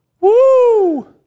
Woo